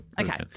Okay